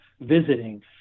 visiting